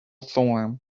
form